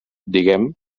diguem